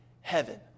heaven